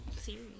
series